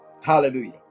Hallelujah